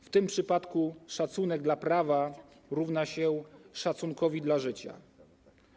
W tym przypadku szacunek dla prawa równa się szacunkowi dla życia.